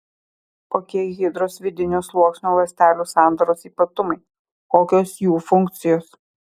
kokie hidros vidinio sluoksnio ląstelių sandaros ypatumai kokios jų funkcijos